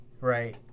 Right